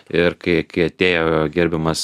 ir kai kai atėjo gerbiamas